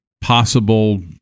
possible